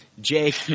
Jake